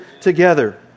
together